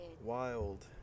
Wild